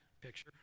picture